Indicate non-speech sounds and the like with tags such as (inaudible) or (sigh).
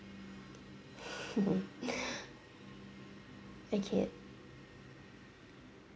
(laughs) thank you